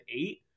eight